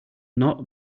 not